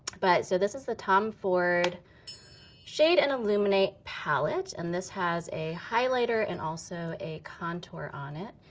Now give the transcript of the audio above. but, so this is the tom ford shade and illuminate palette, and this has a highlighter, and also a contour on it.